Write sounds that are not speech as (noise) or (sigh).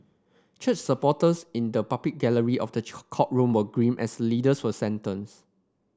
church supporters in the public gallery of the (unintelligible) courtroom were grim as the leaders were sentenced